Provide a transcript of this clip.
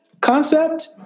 concept